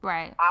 Right